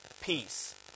peace